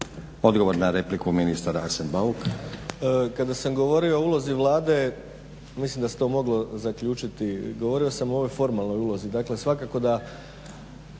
Odgovor na repliku ministar Arsen Bauk.